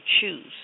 choose